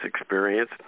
experience